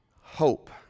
hope